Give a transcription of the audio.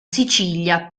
sicilia